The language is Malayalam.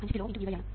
5 കിലോΩ ×Vy ആണ്